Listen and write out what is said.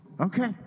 Okay